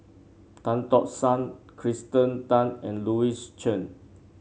Tan Tock San Kirsten Tan and Louis Chen